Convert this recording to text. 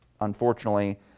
unfortunately